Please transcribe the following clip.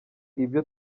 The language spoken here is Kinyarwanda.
ibyo